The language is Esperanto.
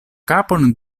kapon